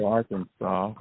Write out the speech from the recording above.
Arkansas